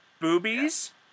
boobies